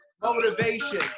motivation